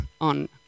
on